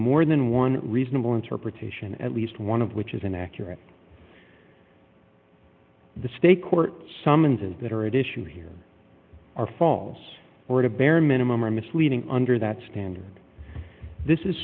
more than one reasonable interpretation at least one of which is inaccurate the state court summons is that are at issue here are false or to bare minimum or misleading under that standard this is